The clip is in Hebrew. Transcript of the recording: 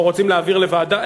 או רוצים להעביר לוועדה,